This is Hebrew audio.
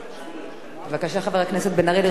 בבקשה, חבר הכנסת בן-ארי, לרשותך שלוש דקות.